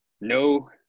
no